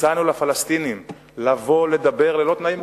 הצענו לפלסטינים לבוא לדבר ללא תנאים מוקדמים,